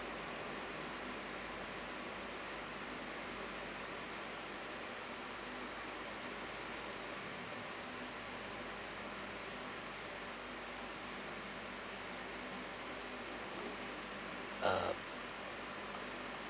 um